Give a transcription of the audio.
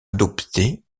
adoptée